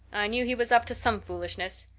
i knew he was up to some foolishness.